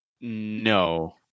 no